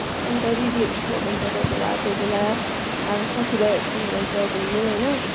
अन्त दिदीहरूसँग जान्छ कोही बेला कोही बेला अब साथीभाइहरूसँग जान्छ घुम्नु होइन